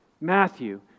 Matthew